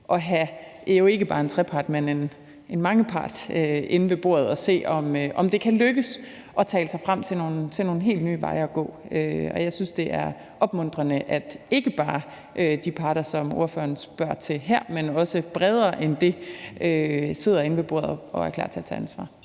at have ikke bare en trepart, men en mangepart, inde ved bordet for at se, om det kan lykkes at tale sig frem til nogle helt nye veje at gå. Jeg synes, at det er opmuntrende, at ikke bare de parter, som ordføreren spørger til her, men også bredere end det, sidder inde ved bordet og er klar til at tage ansvar.